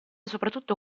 soprattutto